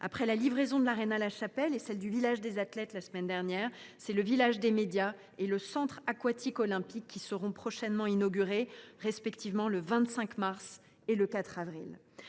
Après la livraison de l’Arena Porte de la Chapelle et du village des athlètes la semaine dernière, le village des médias et le centre aquatique olympique seront à leur tour inaugurés, respectivement le 25 mars et le 4 avril